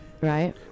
Right